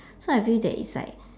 so I feel that it's like